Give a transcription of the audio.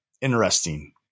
interesting